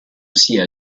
sia